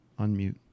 Unmute